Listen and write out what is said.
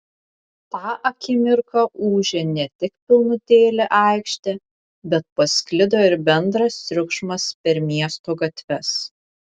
tą akimirką ūžė ne tik pilnutėlė aikštė bet pasklido ir bendras triukšmas per miesto gatves